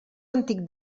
antic